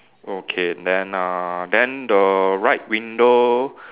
okay then uh then the right window